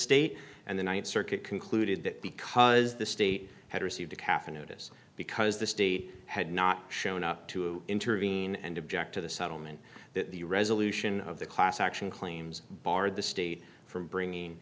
state and the th circuit concluded that because the state had received a calf notice because the state had not shown up to intervene and object to the settlement that the resolution of the class action claims barred the state from bringing